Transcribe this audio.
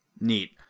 Neat